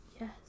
Yes